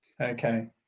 Okay